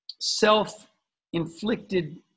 self-inflicted